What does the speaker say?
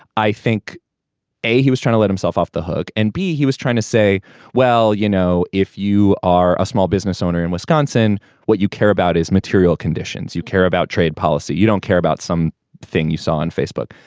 i think a he was trying to get himself off the hook and b he was trying to say well you know if you are a small business owner in wisconsin what you care about is material conditions you care about trade policy you don't care about some thing you saw on facebook.